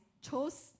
chose